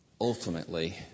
ultimately